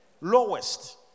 Lowest